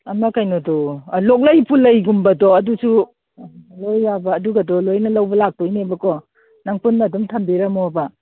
ꯑꯃ ꯀꯩꯅꯣꯗꯣ ꯂꯣꯛꯂꯩ ꯄꯨꯜꯂꯩꯒꯨꯝꯕꯗꯣ ꯑꯗꯨꯁꯨ